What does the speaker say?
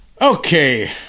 Okay